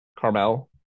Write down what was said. carmel